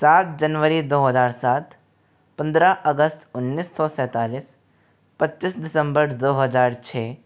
सात जनवरी दो हज़ार सात पंद्रह अगस्त उन्निस सौ सैतालिस पच्चीस दिसम्बर दो हज़ार छः